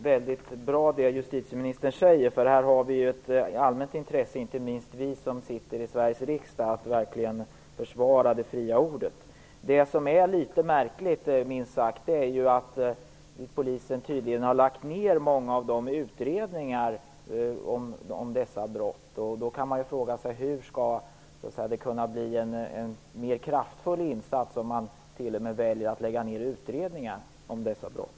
Herr talman! Det som justitieministern säger låter väldigt bra. Det finns ju ett allmänt intresse, inte minst bland oss som sitter i Sveriges riksdag, av att man verkligen försvarar det fria ordet. Polisen har tydligen lagt ned många utredningar som rör dessa brott. Det är minst sagt litet märkligt. Man kan fråga sig hur det skall kunna bli en mer kraftfull insats om polisen t.o.m. väljer att lägga ner utredningar som rör dessa brott.